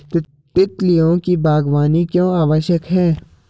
तितलियों की बागवानी क्यों आवश्यक है?